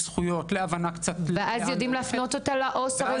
זכויות --- ואז יודעים להפנות אותה לעו"ס הרלוונטי?